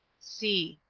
c.